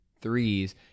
threes